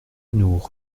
nous